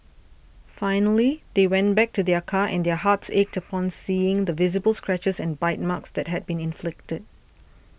finally they went back to their car and their hearts ached upon seeing the visible scratches and bite marks that had been inflicted